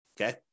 Okay